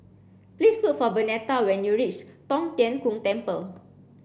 please look for Vernetta when you reach Tong Tien Kung Temple